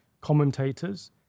commentators